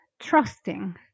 trusting